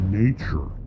nature